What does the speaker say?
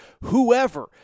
whoever